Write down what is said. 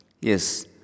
Yes